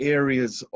areas